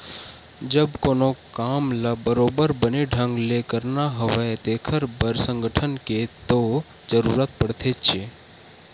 जब कोनो काम ल बरोबर बने ढंग ले करना हवय तेखर बर संगठन के तो जरुरत पड़थेचे